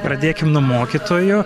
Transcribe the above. pradėkim nuo mokytojų